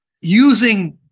using